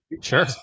Sure